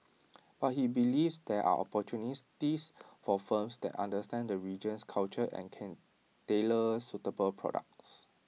but he believes there are opportunities for firms that understand the region's culture and can tailor suitable products